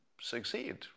succeed